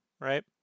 right